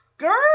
girl